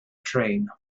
train